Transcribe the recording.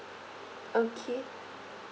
okay